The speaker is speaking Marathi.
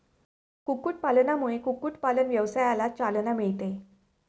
कुक्कुटपालनामुळे कुक्कुटपालन व्यवसायाला चालना मिळते